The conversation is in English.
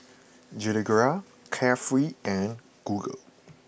Gilera Carefree and Google